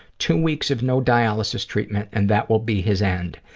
two weeks of no dialysis treatment, and that will be his end.